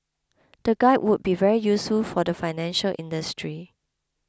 the guide would be very useful for the financial industry